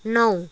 नौ